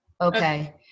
Okay